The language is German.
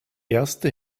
erste